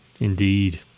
Indeed